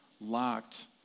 locked